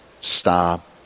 stop